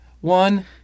one